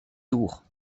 tours